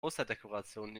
osterdekoration